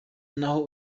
naho